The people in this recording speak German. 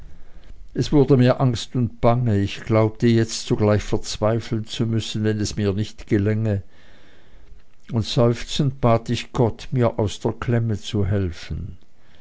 es wurde mir angst und bange ich glaubte jetzt sogleich verzweifeln zu müssen wenn es mir nicht gelänge und seufzend bat ich gott mir aus der klemme zu helfen